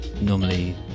normally